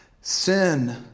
Sin